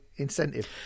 incentive